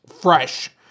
fresh